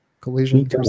Collision